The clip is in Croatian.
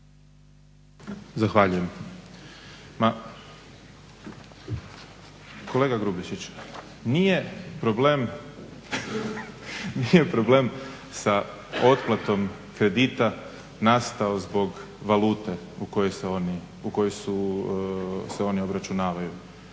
Zahvaljujem. Ma kolega Grubišić nije problem sa otplatom kredita nastao zbog valute u kojoj se oni obračunavaju,